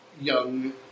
young